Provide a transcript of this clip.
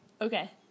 Okay